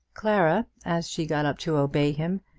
clara, as she got up to obey him,